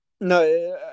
No